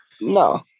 No